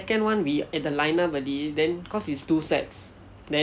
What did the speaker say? the second one we were at the line up already then cause it's two sets then